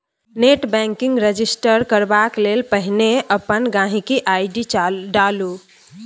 net banking register करबाक लेल पहिने अपन गांहिकी आइ.डी डालु